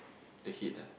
the heat ah